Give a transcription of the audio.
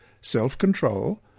self-control